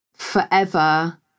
forever